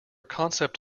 concept